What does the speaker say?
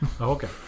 Okay